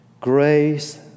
Grace